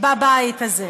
בבית הזה.